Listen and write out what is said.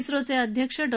क्रीचे अध्यक्ष डॉ